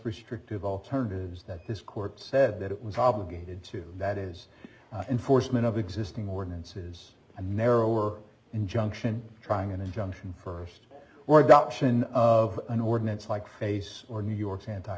restrictive alternatives that this court said that it was obligated to that is enforcement of existing ordinances a narrower injunction trying an injunction first or adoption of an ordinance like face or new york's anti